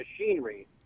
Machinery